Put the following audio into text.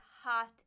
hot